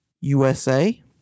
USA